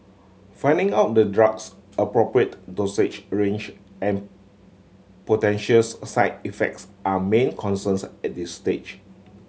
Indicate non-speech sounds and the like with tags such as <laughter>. finding out the drug's appropriate dosage a range and potential <unintelligible> side effects are main concerns at this stage